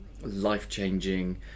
life-changing